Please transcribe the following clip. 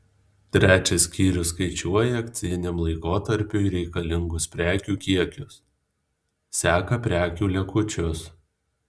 trečias skyrius skaičiuoja akcijiniam laikotarpiui reikalingus prekių kiekius seka prekių likučius